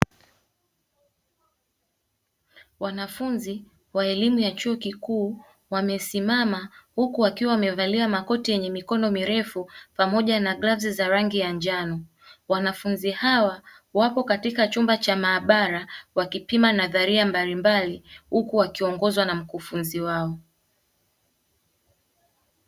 Wanafunzi wa elimu ya chuo kikuu wamesimama huku wakiwa wamevalia makoti yenye mikono mirefu pamoja na glavu za rangi ya njano. Wanafunzi hawa wapo katika chumba cha maabara wakipima nadharia mbalimbali huku wakiongozwa na mkufunzi wao.